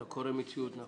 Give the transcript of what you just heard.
אתה קורא מציאות נכון.